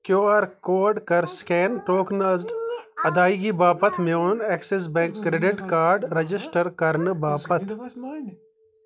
Q R code کَر scan tokenised ادٲیگی باپتھ میون Axis Bank credit card register کرنہٕ باپتھ